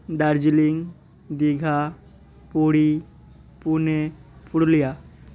Darjeeling Digha Puri Pune Purulia